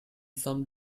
some